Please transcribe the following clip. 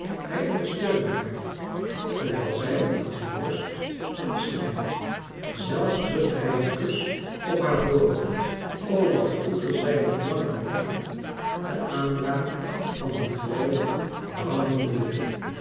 hij ondersteunde haar terwijl zij aan zijn borst stond te snikken zelfs drukte hij een kus op haar voorhoofd o wat voelde zij nog lang daarna de aanraking van die droge brandende lippen